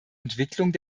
entwicklung